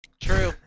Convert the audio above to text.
true